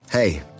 Hey